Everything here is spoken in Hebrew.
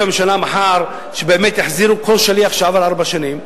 הממשלה מחר שבאמת יחזירו כל שליח שעבר ארבע שנים,